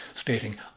stating